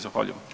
Zahvaljujem.